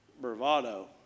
bravado